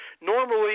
normally